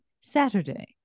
saturday